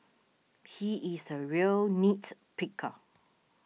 he is a real nits picker